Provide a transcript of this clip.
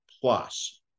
plus